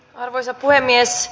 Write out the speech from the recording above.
arvoisa puhemies